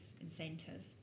incentive